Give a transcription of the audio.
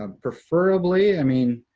um preferably, i mean,